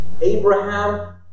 Abraham